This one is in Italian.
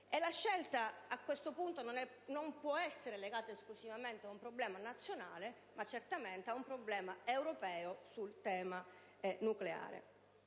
La scelta, a questo punto, non può essere legata esclusivamente ad un problema nazionale, ma ad un problema europeo sul tema nucleare.